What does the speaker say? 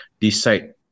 decide